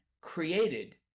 created